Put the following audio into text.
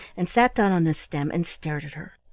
and sat down on the stem and stared at her.